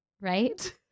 right